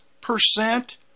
percent